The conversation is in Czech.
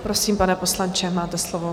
Prosím, pane poslanče, máte slovo.